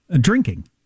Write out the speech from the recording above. Drinking